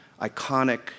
iconic